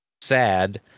sad